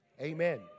Amen